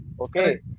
okay